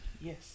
Yes